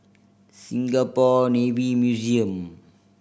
Singapore Navy Museum